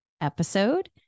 episode